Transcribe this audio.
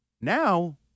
Now